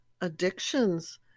addictions